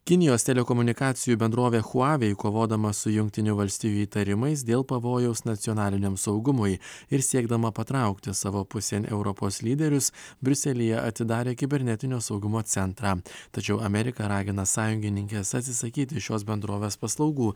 kinijos telekomunikacijų bendrovė chuavei kovodama su jungtinių valstijų įtarimais dėl pavojaus nacionaliniam saugumui ir siekdama patraukti savo pusėn europos lyderius briuselyje atidarė kibernetinio saugumo centrą tačiau amerika ragina sąjungininkes atsisakyti šios bendrovės paslaugų